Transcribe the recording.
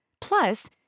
Plus